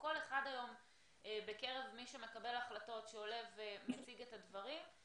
כל אחד היום בקרב מי שמקבל החלטות ועולה ומציג את הדברים,